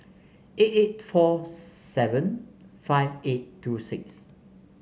eight eight four seven five eight two six